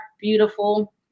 beautiful